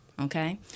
okay